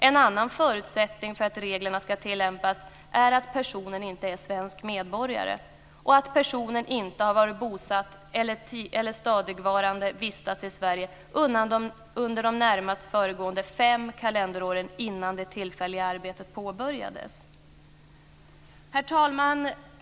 En annan förutsättning för att reglerna ska tillämpas är att personen inte är svensk medborgare och att personen inte har varit bosatt eller stadigvarande vistats i Sverige under de närmast föregående fem kalenderåren innan det tillfälliga arbetet påbörjades. Herr talman!